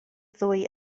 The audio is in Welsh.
ddwy